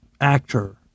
actor